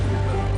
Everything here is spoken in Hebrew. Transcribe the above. לכיכר.